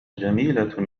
جميلة